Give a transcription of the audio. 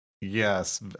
Yes